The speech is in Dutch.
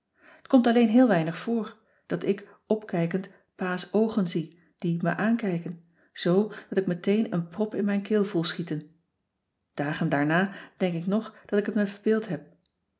t komt alleen heel weinig voor dat ik opkijkend pa's oogen zie die me aankijken zoo dat ik meteen een prop in mijn keel voel schieten dagen daarna denk ik nog dat ik het me verbeeld heb